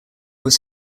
was